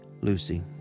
Lucy